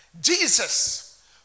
Jesus